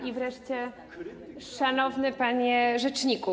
I wreszcie: Szanowny Panie Rzeczniku!